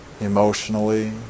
emotionally